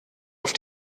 auf